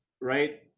right